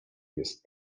jest